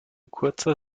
kurzer